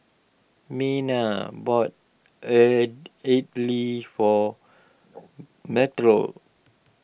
Myrna bought Idly for Metro